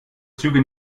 züge